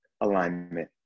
alignment